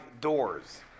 doors